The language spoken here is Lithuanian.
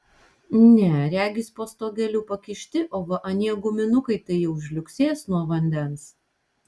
ne regis po stogeliu pakišti o va anie guminukai tai jau žliugsės nuo vandens